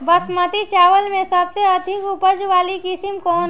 बासमती चावल में सबसे अधिक उपज वाली किस्म कौन है?